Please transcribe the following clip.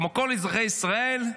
כמו כל אזרחי ישראל,